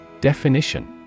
Definition